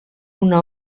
una